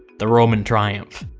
the roman triumph.